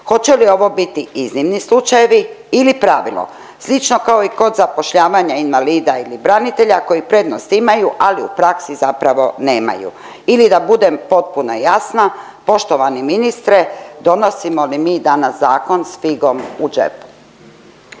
Hoće li ovo biti iznimni slučajevi ili pravilo? Slično kao i kod zapošljavanja invalida ili branitelji koji prednost imaju, ali u praksi zapravo nemaju ili da budem potpuno jasna, poštovani ministre donosimo li mi zakon s figom u džepu?